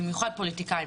במיוחד פוליטיקאים,